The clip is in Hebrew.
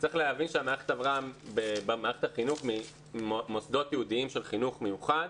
צריך להבין שהמערכת עברה במערכת החינוך ממוסדות ייעודיים של חינוך מיוחד